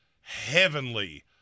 heavenly